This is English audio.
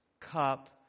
cup